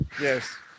Yes